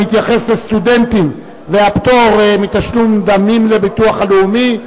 המתייחסת לסטודנטים והפטור מתשלום דמים לביטוח הלאומי,